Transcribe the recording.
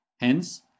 Hence